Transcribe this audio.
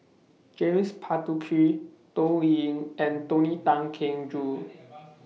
James Puthucheary Toh Ying and Tony Tan Keng Joo